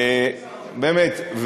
באמת.